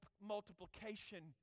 multiplication